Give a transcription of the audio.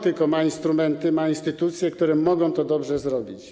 Tylko rząd ma instrumenty, ma instytucje, które mogą to dobrze zrobić.